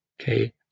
okay